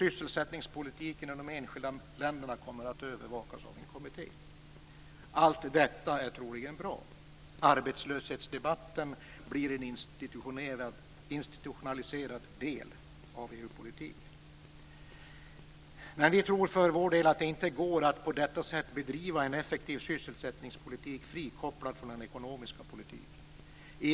Sysselsättningspolitiken i de enskilda länderna kommer att övervakas av en kommitté. Allt detta är troligen bra. Arbetslöshetsdebatten blir en institutionaliserad del av EU-politiken. Vi för vår del tror dock inte att det går att på detta sätt bedriva en effektiv sysselsättningspolitik frikopplad från den ekonomiska politiken.